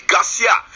Garcia